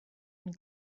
and